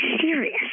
serious